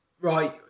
Right